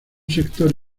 sector